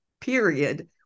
period